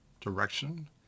direction